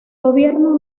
gobierno